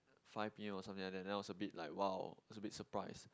five P_M or something like that and then I was a bit like !wow! was a bit surprised